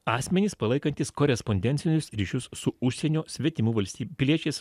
asmenys palaikantys korespondencinius ryšius su užsienio svetimų valstybių piliečiais